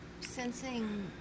sensing